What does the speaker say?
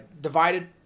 divided